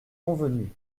convenu